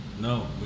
No